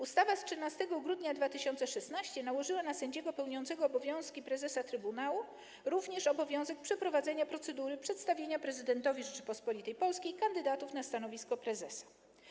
Ustawa z dnia 13 grudnia 2016 r. nałożyła na sędziego pełniącego obowiązki prezesa trybunału obowiązek przeprowadzenia procedury przedstawienia prezydentowi Rzeczypospolitej Polskiej kandydatów na stanowisko prezesa.